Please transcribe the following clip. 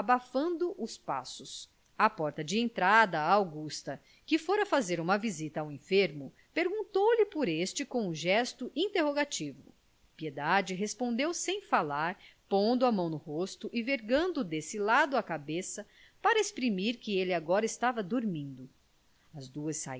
abafando os passos à porta da entrada a augusta que fora fazer uma visita ao enfermo perguntou-lhe por este com um gesto interrogativo piedade respondeu sem falar pondo a mão no rosto e vergando desse lado a cabeça para exprimir que ele agora estava dormindo as duas